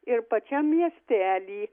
ir pačiam miestely